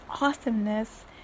awesomeness